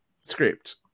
script